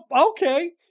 Okay